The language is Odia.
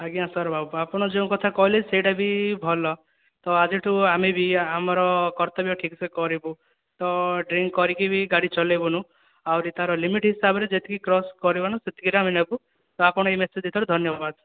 ଆଜ୍ଞା ସାର ଆପଣ ଯେଉଁ କଥା କହିଲେ ସେଇଟା ବି ଭଲ ତ ଆଜିଠୁ ଆମେବି ଆମର କର୍ତ୍ତବ୍ୟ ଠିକ୍ ସେ କରିବୁ ତ ଡ୍ରିଙ୍କ କରିକି ବି ଗାଡ଼ି ଚଲେଇବୁନି ଆହୁରି ତାର ଲିମିଟ ହିସାବରେ ଯେତିକି ତାହାର କ୍ରସ କରିବୁନି ସେତିକି ରେ ନେବୁ ଆପଣ ଏ ମେଶେଜ୍ ଦେଇଥିବାରୁ ଧନ୍ୟବାଦ